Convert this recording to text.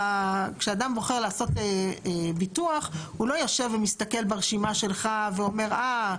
כשאדם בוחר לעשות ביטוח הוא לא יושב ומסתכל ברשימה שלך ואומר אה,